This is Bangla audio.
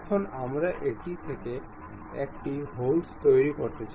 এখন আমরা এটি থেকে একটি হোলস তৈরি করতে চাই